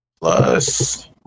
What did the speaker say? plus